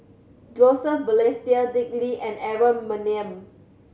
Joseph Balestier Dick Lee and Aaron Maniam